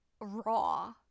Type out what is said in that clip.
raw